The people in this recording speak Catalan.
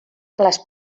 les